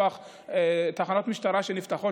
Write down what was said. תחנות משטרה נפתחות,